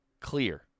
clear